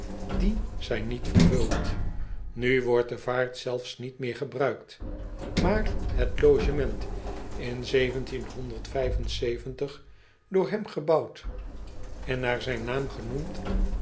ie zijn niet vervuld u wordt de vaart zelfs niet meer gebruikt aar het logement in door hem gebouwd en naar zijn naam genoemd